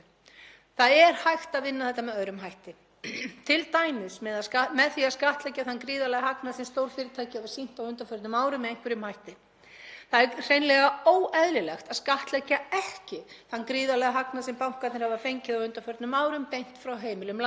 Það er hreinlega óeðlilegt að skattleggja ekki þann gríðarlega hagnað sem bankarnir hafa fengið á undanförnum árum beint frá heimilum landsins. Ég kom með nokkrar tillögur um betri leiðir til fjármögnunar en lántöku í ræðu minni við 1. umræðu um þessi fjáraukalög